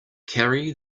carry